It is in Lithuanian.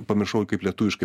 pamiršau kaip lietuviškai